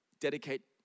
dedicate